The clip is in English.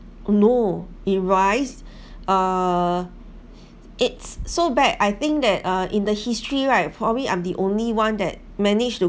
no it rise uh it's so bad I think that uh in the history right probably I'm the only one that managed to